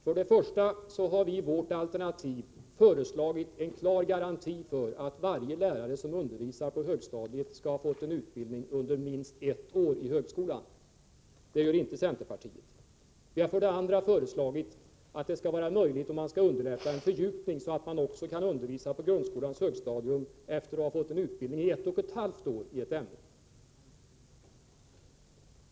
För det första innebär vårt alternativ att vi föreslår att det skall finnas en klar garanti för att varje lärare som undervisar på högstadiet skall ha fått utbildning under minst ett år vid högskolan. Det föreslår inte centerpartiet. Vi har dessutom föreslagit att dessa lärare skall ha möjlighet att fördjupa sina kunskaper och att vi skall underlätta det, så att de också kan undervisa på grundskolans högstadium, efter att ha fått utbildning i ett ämne i 1,5 år.